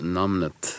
namnet